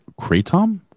Kratom